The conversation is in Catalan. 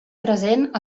present